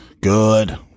Good